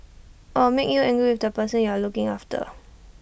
or make you angry with the person you're looking after